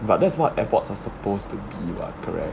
but that's what airports are supposed to be what correct